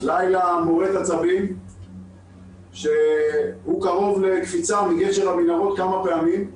לילה מורט עצבים כשהוא קרוב לקפיצה מגשר המנהרות כמה פעמים,